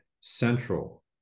central